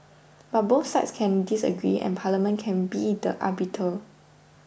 but both sides can disagree and Parliament can be the arbiter